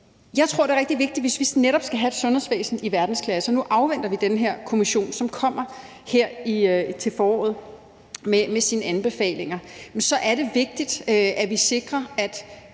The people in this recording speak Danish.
Jeg tror, det er rigtig vigtigt, hvis vi netop skal have et sundhedsvæsen i verdensklasse – og nu afventer vi den her kommission, som kommer her til foråret med sine anbefalinger – at vi sikrer, at